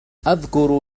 أذكر